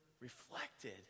reflected